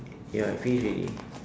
ya finish already